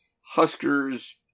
Huskers